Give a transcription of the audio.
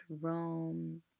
Rome